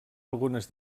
algunes